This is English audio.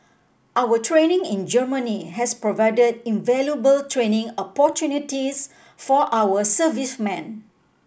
our training in Germany has provided invaluable training opportunities for our servicemen